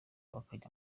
bakajya